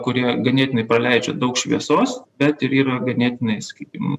kurie ganėtinai praleidžia daug šviesos bet ir yra ganėtinai sakykim